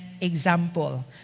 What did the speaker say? example